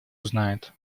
узнает